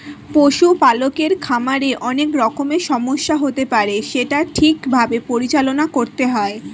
পশু পালকের খামারে অনেক রকমের সমস্যা হতে পারে সেটা ঠিক ভাবে পরিচালনা করতে হয়